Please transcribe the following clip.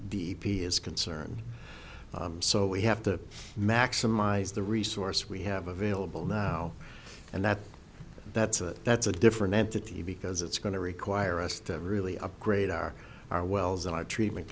d p is concerned so we have to maximize the resource we have available now and that's that's a that's a different entity because it's going to require us to really upgrade our our wells t